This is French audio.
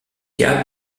cas